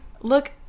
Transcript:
look